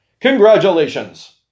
Congratulations